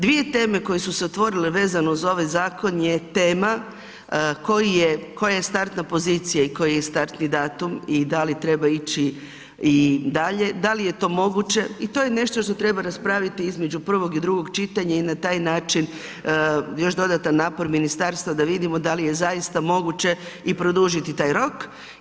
Dvije teme koje su se otvorile vezano za ovaj zakon je tema koja je startna pozicija i koji je startni datum i da li treba ići i dalje, da li je to moguće i to je nešto što treba raspraviti između prvog i drugog čitanja i na taj način još dodatan napor ministarstva da vidimo da li je zaista moguće i produžiti taj rok.